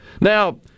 Now